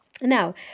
Now